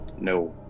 No